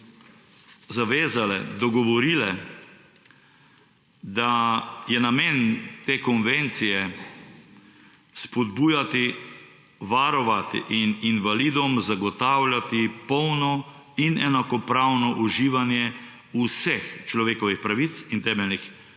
zavezale, dogovorile, da je »namen te konvencije spodbujati, varovati in invalidom zagotavljati polno in enakopravno uživanje vseh človekovih pravic in temeljnih